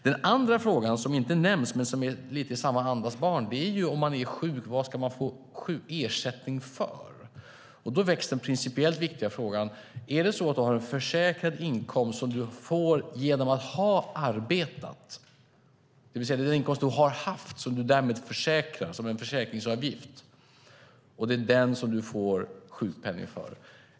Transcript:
Den andra frågan som inte nämns men som är lite av samma andas barn är vad man ska få ersättning för om man är sjuk. Då väcks den principiellt viktiga frågan om du har en försäkrad inkomst som du får genom att ha arbetat, det vill säga den inkomst som du har haft och som du därmed försäkrar, som en försäkringsavgift. Det är den som du får sjukpenning för.